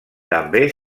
també